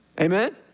Amen